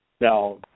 Now